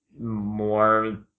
more